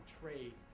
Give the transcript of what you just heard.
trade